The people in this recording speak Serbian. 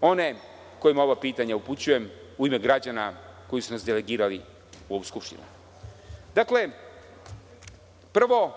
one kojima ova pitanja upućujem u ime građana koji su nas delegirali u ovu Skupštinu. Dakle, prvo,